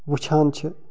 وٕچھان چھِ